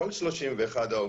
כל 31 העובדים